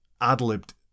ad-libbed